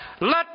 Let